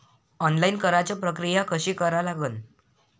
Online कराच प्रक्रिया कशी करा लागन?